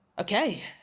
okay